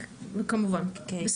בסדר.